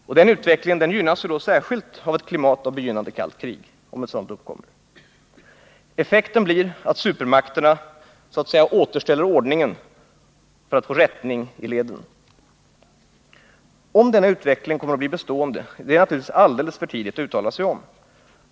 Denna utveckling gynnas särskilt av ett klimat av begynnande kallt krig — om ett sådant uppstår. Effekten blir att supermakterna så att säga återställer ordningen för att få ”rättning i leden”. Huruvida denna utveckling kommer att bli bestående är det naturligtvis för tidigt att uttala sig om.